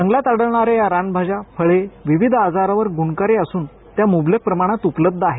जंगलात आढळणाऱ्या या रानभाज्या फळे विविध आजारांवर गुणकारी असून त्या मुबलक प्रमाणात उपलब्ध आहेत